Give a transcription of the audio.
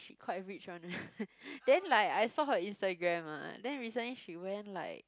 she quite rich one then like I saw her Instagram ah then recently she went like